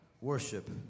Worship